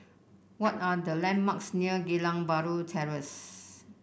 what are the landmarks near Geylang Bahru Terrace